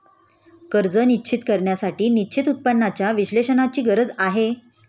कर्ज निश्चित करण्यासाठी निश्चित उत्पन्नाच्या विश्लेषणाची गरज आहे